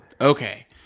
Okay